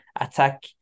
attack